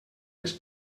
les